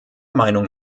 meinung